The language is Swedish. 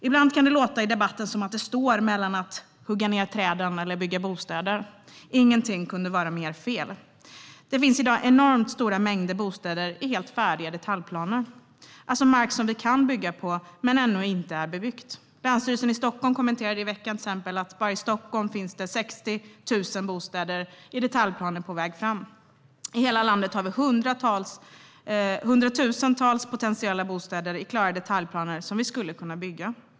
Ibland kan det låta i debatten som att det står mellan att hugga ned träden och att bygga bostäder. Ingenting kunde vara mer fel. Det finns i dag enormt stora mängder bostäder i helt färdiga detaljplaner. Det är mark som vi kan bygga på men som ännu inte är bebyggd. Till exempel uttalade Länsstyrelsen i Stockholm i veckan att det bara i Stockholm finns 60 000 bostäder på väg fram i detaljplaner. I hela landet har vi i klara detaljplaner hundratusentals potentiella bostäder som vi skulle kunna bygga.